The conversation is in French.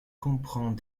comprend